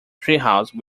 treehouse